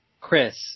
Chris